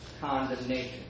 condemnation